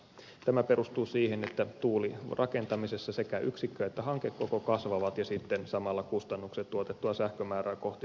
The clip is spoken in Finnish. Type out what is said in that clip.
tämä perustuu siihen että tuulirakentamisessa sekä yksikkö että hankekoko kasvavat ja sitten samalla kustannukset tuotettua sähkömäärää kohti tulevat alas